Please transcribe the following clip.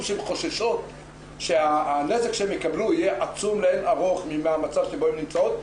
שהן חוששות שהנזק שהן יקבלו יהיה עצום לאין ארוך מהמצב שבו הן נמצאות,